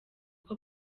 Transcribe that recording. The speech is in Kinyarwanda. uko